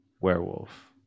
werewolf